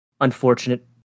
unfortunate